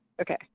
Okay